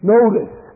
Notice